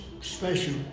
special